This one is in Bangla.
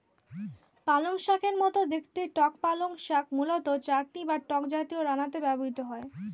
পালংশাকের মতো দেখতে টক পালং শাক মূলত চাটনি বা টক জাতীয় রান্নাতে ব্যবহৃত হয়